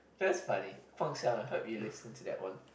that's funny Guang-Xiang I heard you listen to that one